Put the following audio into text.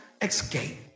escape